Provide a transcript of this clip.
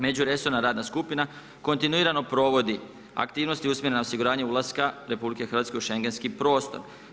Međuresorna radna skupina kontinuirano provodi aktivnosti usmjerene na osiguranje ulaska RH u šengenski prostor.